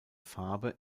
farbe